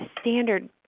standard